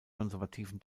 konservativen